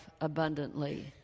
abundantly